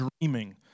dreaming